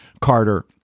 Carter